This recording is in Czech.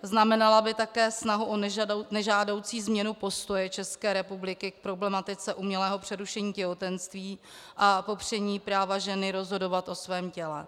Znamenala by také snahu o nežádoucí změnu postoje České republiky k problematice umělého přerušení těhotenství a popření práva ženy rozhodovat o svém těle.